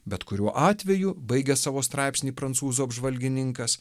bet kuriuo atveju baigia savo straipsnį prancūzų apžvalgininkas